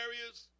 areas